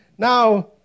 Now